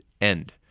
end